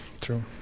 true